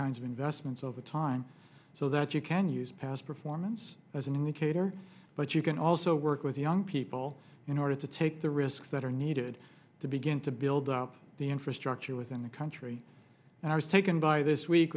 kinds of investments over time so that you can use past performance as an indicator but you can also work with young people in order to take the risks that are needed to begin to build up the infrastructure within the country and i was taken by this week